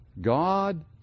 God